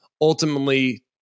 ultimately